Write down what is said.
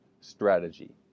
strategy